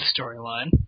storyline